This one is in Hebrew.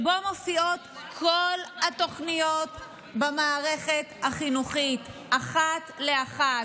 מופיעות בו כל התוכניות במערכת החינוכית אחת לאחת,